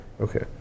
okay